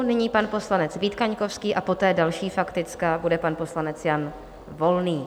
Nyní pan poslanec Vít Kaňkovský a poté další faktická bude pan poslanec Jan Volný.